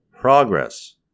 progress